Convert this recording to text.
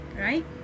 right